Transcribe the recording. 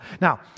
Now